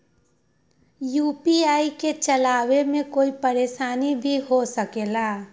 UPI के चलावे मे कोई परेशानी भी हो सकेला?